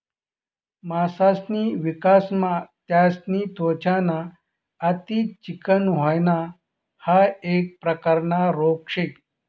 मासासनी विकासमा त्यासनी त्वचा ना अति चिकनं व्हयन हाइ एक प्रकारना रोग शे